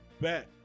bet